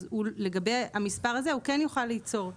אז לגבי המספר הזה הוא כן יוכל ליצור קשר.